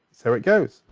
so it goes.